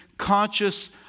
conscious